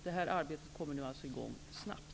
Detta arbete kommer nu alltså i gång snabbt.